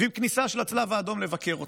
ועם כניסה של הצלב האדום לבקר אותם,